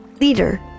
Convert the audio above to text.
leader